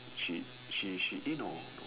she she she eh no